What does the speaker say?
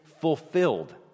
fulfilled